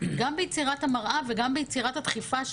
גם ביצירת המראה וגם ביצירת הדחיפה,